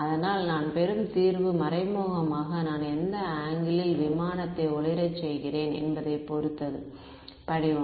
அதனால் நான் பெறும் தீர்வு மறைமுகமாக நான் எந்த ஆங்கிளில் விமானத்தை ஒளிரச் செய்கிறேன் என்பதைப் பொறுத்தது படிவம்